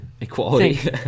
equality